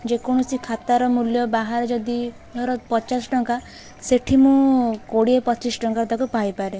ଯେକୌଣସି ଖାତାର ମୂଲ୍ୟ ବାହାରେ ଯଦି ଧର ପଚାଶ ଟଙ୍କା ସେଠି ମୁଁ କୋଡ଼ିଏ ପଚିଶି ଟଙ୍କାରେ ତାକୁ ପାଇପାରେ